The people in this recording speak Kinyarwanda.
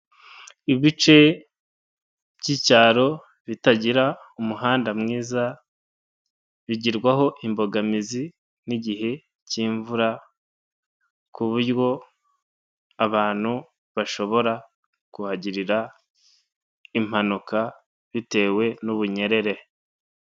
Ibice by'icyaro bitagira umuhanda mwiza bigirwaho imbogamizi n'igihe cy'imvura ku buryo abantu bashobora kuhagirira impanuka bitewe n'ubunyerere.